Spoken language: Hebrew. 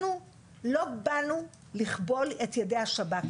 אנחנו לא באנו לכבול את ידי השב"כ.